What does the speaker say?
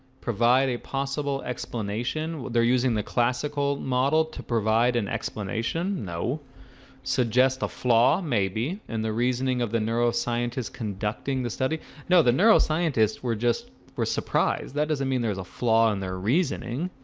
provide a possible explanation. well, they're using the classical model to provide an explanation. no suggest a flaw maybe, and the reasoning of the neuroscientists conducting the study no, the neuroscientists were just were surprised that doesn't mean there's a flaw in their reasoning